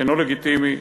אינו לגיטימי,